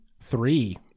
three